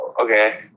okay